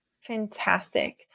Fantastic